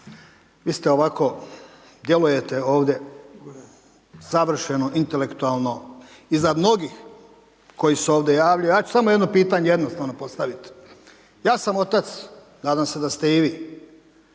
vi ste ovako djelujete ovdje savršeno intelektualno i za mnogih koji se ovdje javljaju, ja ću samo jedno pitanje jednostavno postaviti. Ja sam otac, nadam se da ste i vi.